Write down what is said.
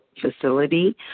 facility